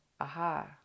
aha